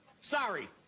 Sorry